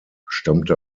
stammte